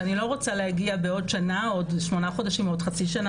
שאני לא רוצה להגיע בעוד שנה או בעוד שמונה חודשים או בעוד חצי שנה,